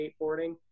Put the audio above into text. skateboarding